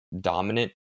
Dominant